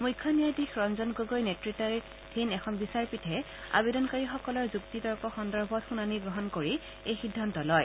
মুখ্য ন্যায়াধীশ ৰঞ্জন গগৈ নেতৃতাধীন এখন বিচাৰপীঠে আবেদনকাৰীসকলৰ যুক্তিতৰ্ক সন্দৰ্ভত শুনানি গ্ৰহণ কৰি এই সিদ্ধান্ত লয়